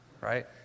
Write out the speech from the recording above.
Right